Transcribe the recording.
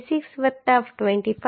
76 વત્તા 25